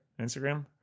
instagram